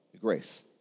grace